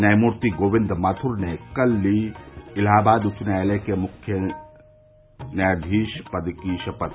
न्यायमूर्ति गोविन्द माथुर ने कल ली इलाहाबाद उच्च न्यायालय के मुख्य न्यायाधीश पद की शपथ